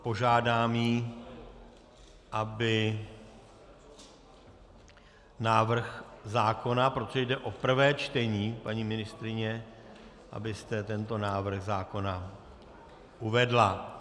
Požádám ji, aby návrh zákona, protože jde o prvé čtení, paní ministryně, abyste tento návrh zákona uvedla.